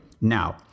Now